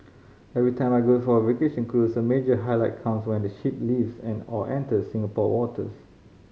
every time I go for a vacation cruise a major highlight comes when the ship leaves and or enters Singapore waters